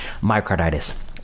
Myocarditis